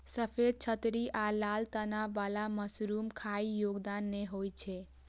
सफेद छतरी आ लाल तना बला मशरूम खाइ योग्य नै होइ छै